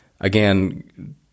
again